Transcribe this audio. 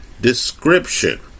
description